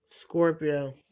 scorpio